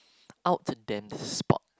out then spot